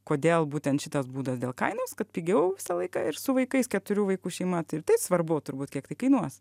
kodėl būtent šitas būdas dėl kainos kad pigiau tą laiką ir su vaikais keturių vaikų šeima tai ir taip svarbu turbūt kiek tai kainuos